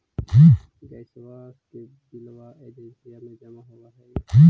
गैसवा के बिलवा एजेंसिया मे जमा होव है?